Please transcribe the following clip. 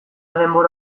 denbora